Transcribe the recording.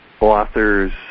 authors